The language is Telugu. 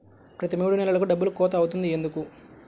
ప్రతి మూడు నెలలకు డబ్బులు కోత అవుతుంది ఎందుకు?